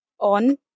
on